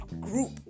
group